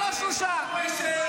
לא שלוש פעמים.